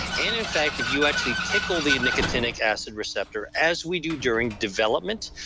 and in fact if you actually tickle the nicotinic acid receptor as we do during development,